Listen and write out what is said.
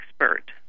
expert